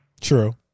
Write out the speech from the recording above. True